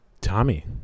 Tommy